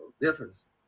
Difference